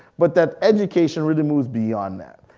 but that education really moves beyond that.